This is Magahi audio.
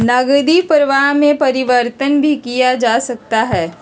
नकदी प्रवाह में परिवर्तन भी किया जा सकता है